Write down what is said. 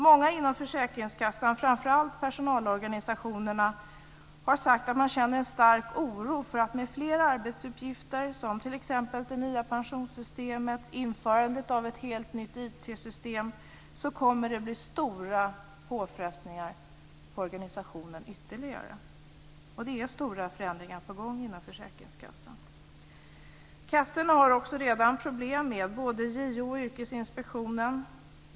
Många inom försäkringskassan, framför allt personalorganisationerna, har sagt att de känner en stark oro för att det med fler arbetsuppgifter som t.ex. det nya pensionssystemet och införandet av ett helt nytt IT-system kommer att bli stora ytterligare påfrestningar på organisationen. Och det är stora förändringar på gång inom försäkringskassan. Kassorna har också redan problem med både JO och Yrkesinspektionen.